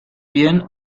bien